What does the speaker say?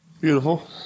Beautiful